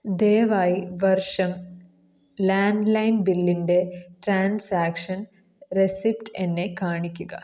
ദയവായി വർഷം landline ബില്ലിൻ്റെ ട്രാൻസാക്ഷൻ റെസിപ്റ്റ് എന്നെ കാണിക്ക്ക